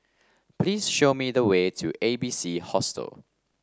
please show me the way to A B C Hostel